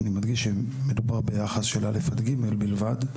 אני מדגיש שמדובר ביחס של א' עד ג' בלבד,